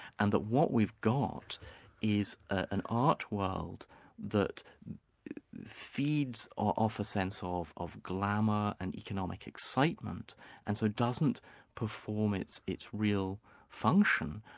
and that what we've got is an art world that feeds off a sense of glamour and economic excitement and so doesn't perform its its real function,